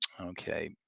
Okay